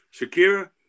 Shakira